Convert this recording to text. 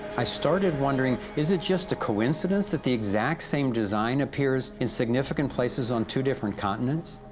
i started wondering, is it just a coincidence, that the exact same design appears in significant places on two different continents?